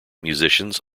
musicians